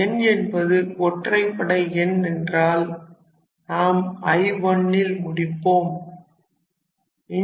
n என்பது ஒற்றைப்படை எண் என்றால் நாம்I1 ல் முடிப்போம்